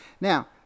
Now